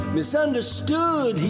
misunderstood